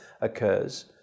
occurs